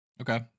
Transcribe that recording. Okay